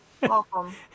Welcome